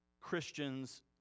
Christians